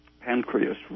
pancreas